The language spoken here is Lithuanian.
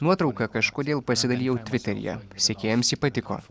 nuotrauka kažkodėl pasidalijau tviteryje sekėjams ji patiko